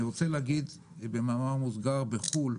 אני רוצה להגיד במאמר מוסגר, בחו"ל,